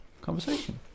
conversation